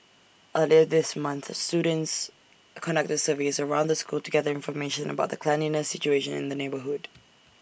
earlier this month these students conducted surveys around the school to gather information about the cleanliness situation in the neighbourhood